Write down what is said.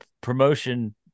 promotion